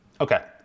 Okay